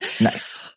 Nice